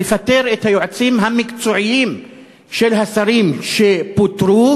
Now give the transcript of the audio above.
לפטר את היועצים המקצועיים של השרים שפוטרו,